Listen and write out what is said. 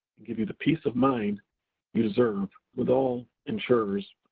and give you the peace of mind you deserve with all insurers.